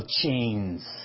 chains